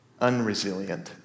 unresilient